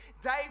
dave